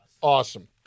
awesome